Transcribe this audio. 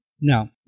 Now